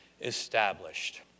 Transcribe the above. established